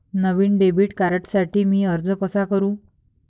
नवीन debit कार्डसाठी मी अर्ज कसा करू?